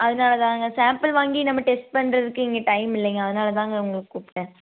அதனால தாங்க சாம்புள் வாங்கி நம்ம டெஸ்ட் பண்ணுறதுக்கு இங்கே டைம் இல்லைங்க அதனால தாங்க உங்களை கூப்பிடேன்